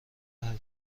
حرفه